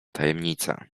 tajemnica